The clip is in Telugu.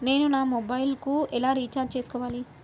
నేను నా మొబైల్కు ఎలా రీఛార్జ్ చేసుకోవాలి?